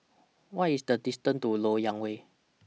What IS The distance to Lok Yang Way